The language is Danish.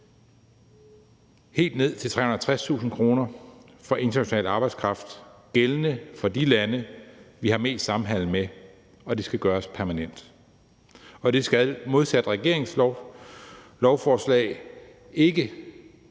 helt ned til 360.000 kr. for international arbejdskraft gældende for de lande, vi har mest samhandel med, og det skal gøres permanent. Og det skal modsat regeringens lovforslag ikke